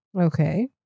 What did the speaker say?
Okay